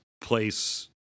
place